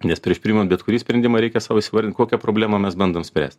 nes prieš priimant bet kurį sprendimą reikia sau įsivardinti kokią problemą mes bandom spręst